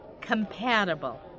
Compatible